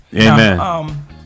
Amen